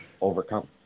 overcome